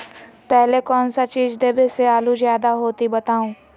पहले कौन सा चीज देबे से आलू ज्यादा होती बताऊं?